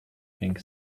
pink